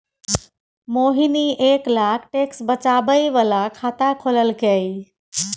मोहिनी एक लाख टैक्स बचाबै बला खाता खोललकै